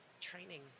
training